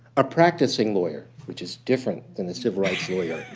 a practicing lawyer which is different than a civil rights lawyer.